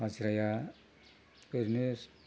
हाजिराया ओरैनो